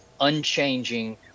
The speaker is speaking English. unchanging